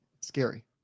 Scary